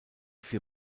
vier